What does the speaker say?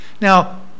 Now